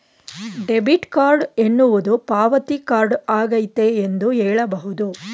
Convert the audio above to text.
debit card ಎನ್ನುವುದು ಪಾವತಿ card ಆಗೈತೆ ಎಂದು ಹೇಳಬಹುದು